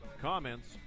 comments